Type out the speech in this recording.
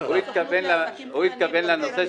בסדר,